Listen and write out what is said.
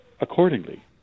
accordingly